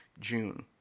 June